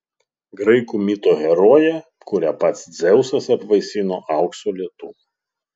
graikų mito herojė kurią pats dzeusas apvaisino aukso lietum